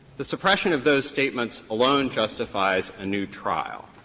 the suppression of those statements alone justifies a new trial,